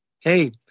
hey